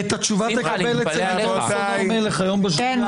את התשובה תקבל מלימור סון הר מלך היום בשדולה.